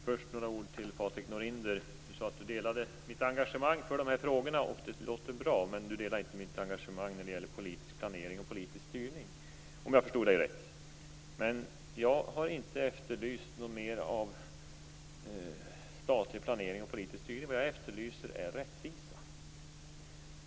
Herr talman! Först vill jag säga några ord till Patrik Norinder. Han sade att han delade mitt engagemang i de här frågorna, och det låter bra. Men han delar inte mitt engagemang när det gäller politisk planering och politisk styrning om jag förstod honom rätt. Men jag har inte efterlyst mer av statlig planering och politisk styrning. Vad jag efterlyser är rättvisa.